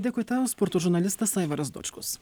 dėkui tau sporto žurnalistas aivaras dočkus